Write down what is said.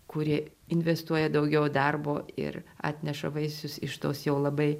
kurie investuoja daugiau darbo ir atneša vaisius iš tos jau labai